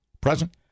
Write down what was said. present